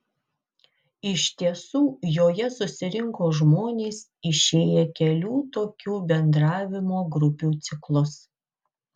iš tiesų joje susirinko žmonės išėję kelių tokių bendravimo grupių ciklus